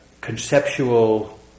conceptual